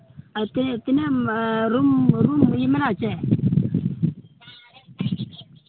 ᱟᱨᱠᱤ ᱛᱤᱱᱟᱹᱜ ᱨᱩᱢ ᱨᱩᱢ ᱢᱮᱱᱟᱜᱼᱟ ᱪᱮ